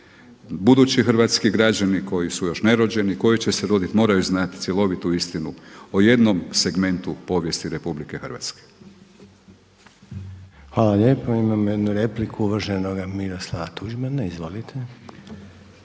budući hrvatski građani koji su još nerođeni, koji će se roditi moraju znati cjelovitu istinu o jednom segmentu povijesti RH. **Reiner, Željko (HDZ)** Hvala lijepa. Imamo jednu repliku uvaženoga Miroslava Tuđmana. Izvolite.